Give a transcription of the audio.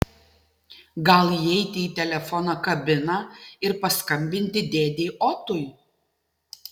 gal įeiti į telefono kabiną ir paskambinti dėdei otui